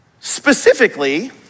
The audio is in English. Specifically